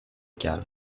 cale